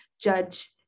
judge